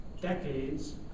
decades